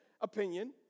opinion